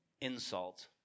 insult